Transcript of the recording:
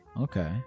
Okay